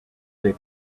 they